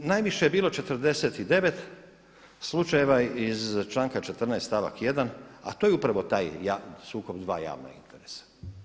Najviše je bilo 49 slučajeva iz članka 14. stavak 1., a to je upravo taj sukob dva javna interesa.